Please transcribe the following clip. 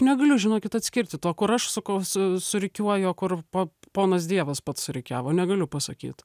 negaliu žinokit atskirti to kur aš sakau su surikiuoju o kur po ponas dievas pats surikiavo negaliu pasakyt